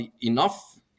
enough